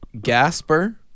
Gasper